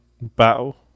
battle